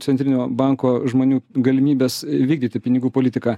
centrinio banko žmonių galimybes vykdyti pinigų politiką